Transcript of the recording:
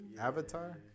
Avatar